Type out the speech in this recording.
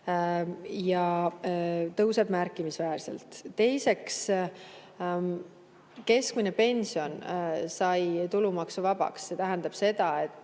ja tõuseb märkimisväärselt. Teiseks, keskmine pension sai tulumaksuvabaks, see tähendab,